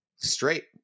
straight